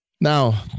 Now